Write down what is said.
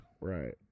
right